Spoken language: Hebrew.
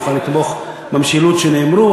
אני מוכן לתמוך במשילות שנאמרה.